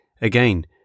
again